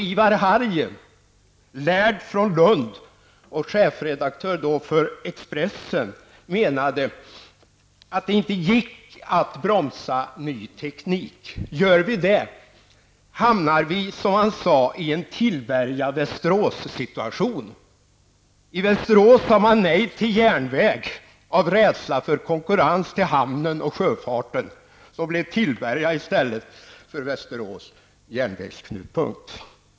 Ivar Harrie, lärd från Lund och då chefsredaktör för Expressen, menade att det inte gick att bromsa ny teknik. Gör vi det hamnar vi, som han sade, i en Tillberga--Västerås-situation. I Västerås sade man nej till järnväg av rädsla för konkurrens till hamnen och sjöfarten. Så blev Tillberga i stället för Västerås järnvägsknutpunkt.